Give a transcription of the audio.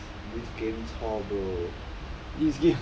bro this this game chor bro